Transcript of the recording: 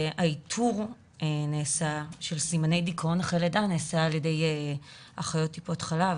האיתור של סימני דיכאון לאחר לידה נעשה על ידי אחיות טיפות חלב.